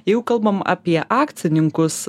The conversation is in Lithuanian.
jau kalbam apie akcininkus